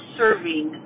serving